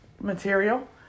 material